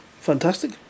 Fantastic